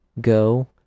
Go